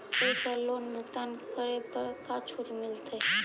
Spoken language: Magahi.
एक बार लोन भुगतान करे पर का छुट मिल तइ?